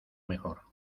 mejor